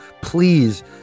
please